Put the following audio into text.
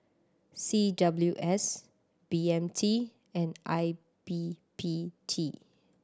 C W S B M T and I B P T